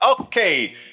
Okay